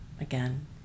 again